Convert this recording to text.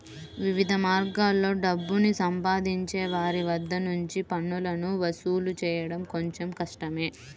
వివిధ మార్గాల్లో డబ్బుని సంపాదించే వారి వద్ద నుంచి పన్నులను వసూలు చేయడం కొంచెం కష్టమే